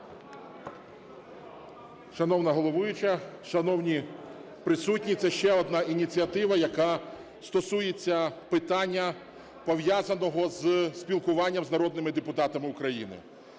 Шановна головуюча, шановні присутні! Це ще одна ініціатива, яка стосується питання, пов'язаного з спілкуванням з народними депутатами України.